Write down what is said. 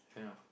can ah